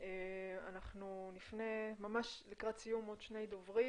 אנחנו לקראת סיום, עוד שני דוברים.